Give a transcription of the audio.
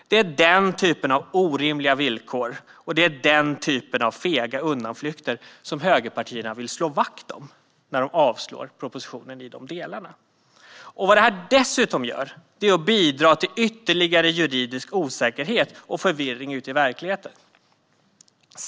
Det är den typen av orimliga villkor och den typen av fega undanflykter som högerpartierna vill slå vakt om när de yrkar avslag på propositionen i dessa delar. Dessutom bidrar detta till ytterligare juridisk osäkerhet och förvirring ute i verkligheten.